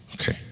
Okay